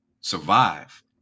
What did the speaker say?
survive